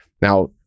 Now